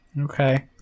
Okay